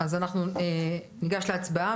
אז אנחנו ניגש להצבעה.